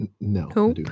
No